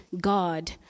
God